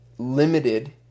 limited